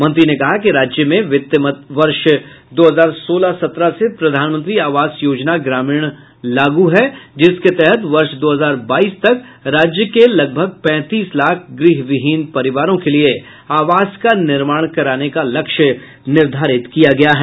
मंत्री ने कहा कि राज्य में वित्त वर्ष दो हजार सोलह सत्रह से प्रधानमंत्री आवास योजना ग्रामीण लागू है जिसके तहत वर्ष दो हजार बाईस तक राज्य के लगभग पैंतीस लाख गृहविहीन परिवारों के लिए आवास का निर्माण कराने का लक्ष्य निर्धारित किया गया है